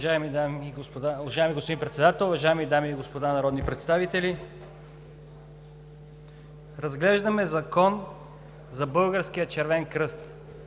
уважаеми дами и господа народни представители! Разглеждаме Закон за Българския Червен кръст